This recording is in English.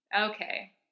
Okay